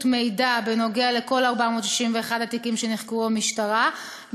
מידע על כל 461 התיקים שנחקרו במשטרה,